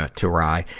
ah to ry.